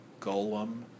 golem